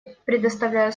предоставляю